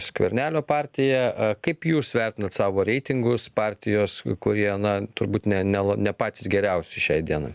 skvernelio partija kaip jūs vertinat savo reitingus partijos kurie na turbūt ne nel ne patys geriausi šiai dienai